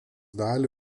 dalį